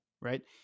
right